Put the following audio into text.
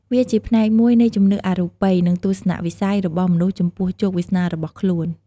វាជាផ្នែកមួយនៃជំនឿអរូបី និងទស្សនៈវិស័យរបស់មនុស្សចំពោះជោគវាសនារបស់ខ្លួន។